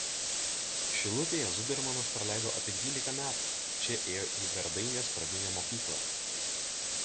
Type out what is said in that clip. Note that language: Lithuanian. šilutėje zudermanas praleido apie dvylika metų čia ėjo į verdainės pradinę mokyklą